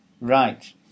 Right